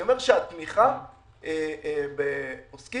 אני אומר שהתמיכה בעוסקים,